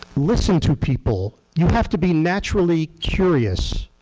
listen to people. you have to be naturally curious.